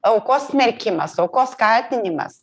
aukos smerkimas aukos skatinimas